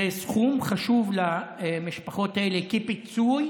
זה סכום חשוב למשפחות האלה כפיצוי